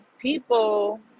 People